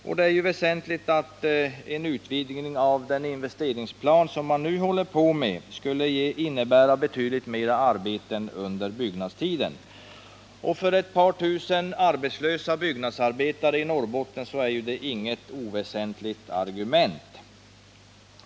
Väsentligt är också att en utvidgning av den investeringsplan man nu arbetar med skulle innebära betydligt fler arbeten under byggnadstiden. För ett par tusen byggnadsarbetare som går arbetslösa i Norrbotten är det inget oväsentligt argument.